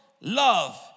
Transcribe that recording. love